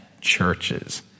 churches